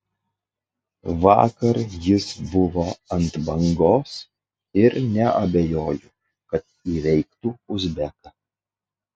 vakar jis buvo ant bangos ir neabejoju kad įveiktų uzbeką